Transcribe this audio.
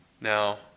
Now